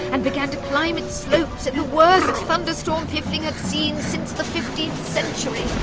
and began to climb its slopes in the worst thunderstorm piffling had seen since the fifteenth century.